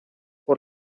por